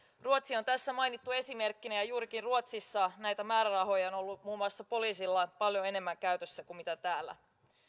ruotsi on tässä mainittu esimerkkinä ja juurikin ruotsissa näitä määrärahoja on ollut muun muassa poliisilla paljon enemmän käytössä kuin täällä